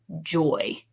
joy